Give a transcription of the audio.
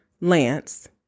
Lance